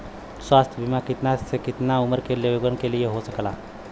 स्वास्थ्य बीमा कितना से कितना उमर के लोगन के हो सकेला?